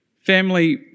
Family